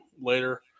later